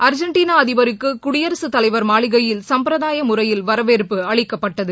Argentina அதிபருக்கு குடியரசுத் தலைவர் மாளிகையில் சும்பரதாய முறையில் வரவேற்பு அளிக்கப்பட்டது